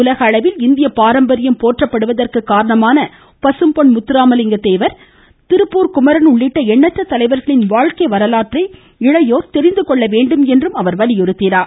உலக அளவில் இந்திய பாரம்பரியம் போற்றப்படுவதற்கு காரணமான பசும்பொன் முத்தராமலிங்க தேவர் திருப்பூர் குமரன் உள்ளிட்ட எண்ணற்ற தலைவர்களின் வாழ்க்கை வரலாற்றை இளையோகள் தெரிந்து கொள்ள வேண்டும் என்றும் அவர் வலியுறுத்தினார்